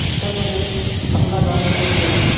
سر مجھے پٹنہ جانے کے لیے